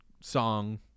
song